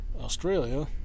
Australia